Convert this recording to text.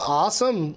awesome